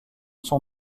son